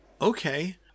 okay